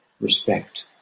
respect